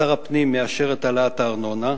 שר הפנים מאשר את העלאת הארנונה,